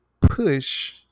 push